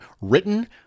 written